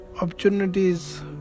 opportunities